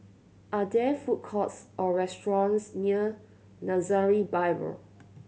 are there food courts or restaurants near Nazareth Bible